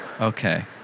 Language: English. Okay